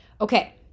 Okay